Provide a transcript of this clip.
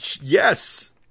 Yes